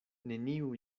neniu